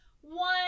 one